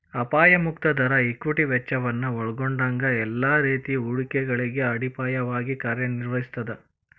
ಅಪಾಯ ಮುಕ್ತ ದರ ಈಕ್ವಿಟಿ ವೆಚ್ಚವನ್ನ ಒಲ್ಗೊಂಡಂಗ ಎಲ್ಲಾ ರೇತಿ ಹೂಡಿಕೆಗಳಿಗೆ ಅಡಿಪಾಯವಾಗಿ ಕಾರ್ಯನಿರ್ವಹಿಸ್ತದ